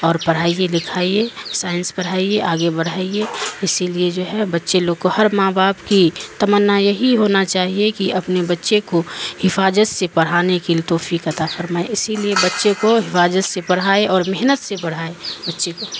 اور پڑھائیے لکھائیے سائنس پڑھائیے آگے بڑھائیے اسی لیے جو ہے بچے لوگ کو ہر ماں باپ کی تمنا یہی ہونا چاہیے کہ اپنے بچے کو حفاظت سے پڑھانے کے تحفی کتا فرمائے اسی لیے بچے کو حفاظت سے پڑھائے اور محنت سے پڑھائے بچے کو